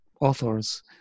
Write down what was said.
authors